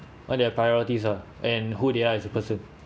what their priorities ah and who they are as a person